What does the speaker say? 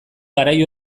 garai